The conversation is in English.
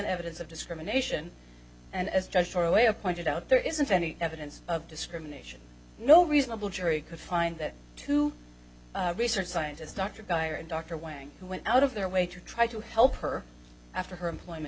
evidence of discrimination and as just for a way of pointed out there isn't any evidence of discrimination no reasonable jury could find that to research scientist dr guy or dr wang who went out of their way to try to help her after her employment